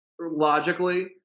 logically